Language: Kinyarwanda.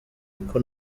uko